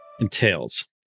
entails